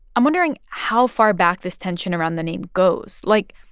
i'm wondering how far back this tension around the name goes. like,